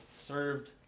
served